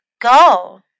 go